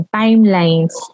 timelines